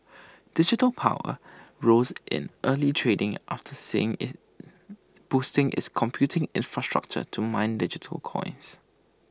digital power rose in early trading after saying boosting its computing infrastructure to mine digital coins